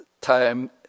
time